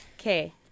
Okay